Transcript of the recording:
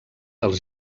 els